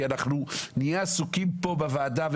כי אנחנו נהיה עסוקים פה בוועדה,